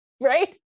right